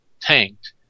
tanked